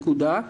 נקודה,